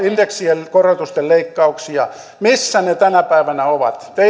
indeksien korotusten leikkauksia missä ne tänä päivänä ovat